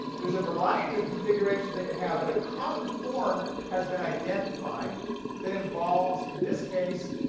there's a variety of configurations it could have, but a common form has been identified that involves, in this case,